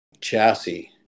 chassis